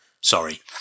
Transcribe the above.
sorry